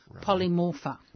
Polymorpha